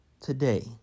Today